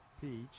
peach